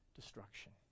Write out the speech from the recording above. destruction